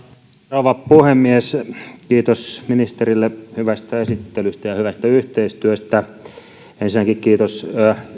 rouva puhemies kiitos ministerille hyvästä esittelystä ja hyvästä yhteistyöstä ensinnäkin kiitos